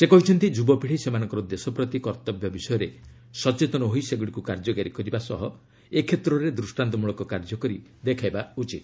ସେ କହିଛନ୍ତି ଯୁବପିଢ଼ି ସେମାନଙ୍କର ଦେଶ ପ୍ରତି କର୍ତ୍ତବ୍ୟ ବିଷୟରେ ସଚେତନ ହୋଇ ସେଗୁଡ଼ିକୁ କାର୍ଯ୍ୟକାରି କରିବା ସହ ଏ କ୍ଷେତ୍ରରେ ଦୂଷ୍ଟାନ୍ତ ମୂଳକ କାର୍ଯ୍ୟକରି ଦେଖାଇବା ଉଚିତ